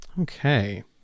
Okay